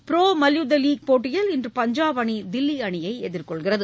bro மல்யுத்த league போட்டியில் இன்று பஞ்சாப் அணி தில்லி அணியை எதிர்கொள்கிறது